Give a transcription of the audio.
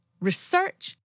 research